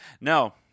No